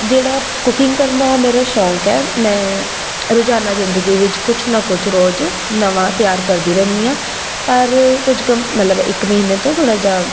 ਜਿਹੜਾ ਕੁਕਿੰਗ ਕਰਨਾ ਉਹ ਮੇਰਾ ਸ਼ੌਕ ਹੈ ਮੈਂ ਰੋਜ਼ਾਨਾ ਜ਼ਿੰਦਗੀ ਵਿੱਚ ਕੁਛ ਨਾ ਕੁਛ ਰੋਜ਼ ਨਵਾਂ ਤਿਆਰ ਕਰਦੀ ਰਹਿੰਦੀ ਹਾਂ ਪਰ ਕੁਝ ਕੁ ਮਤਲਬ ਇੱਕ ਮਹੀਨੇ ਤੋਂ ਥੋੜ੍ਹਾ ਜਿਹਾ